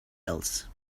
else